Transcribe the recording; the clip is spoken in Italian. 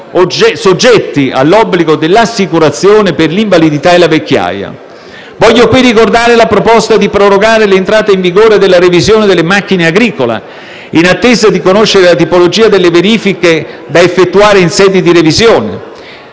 soggetti all'obbligo di assicurazione per invalidità e vecchiaia. Voglio qui ricordare inoltre la proposta di prorogare l'entrata in vigore della revisione delle macchine agricole, in attesa di conoscere la tipologia delle verifiche da effettuare in sede di revisione,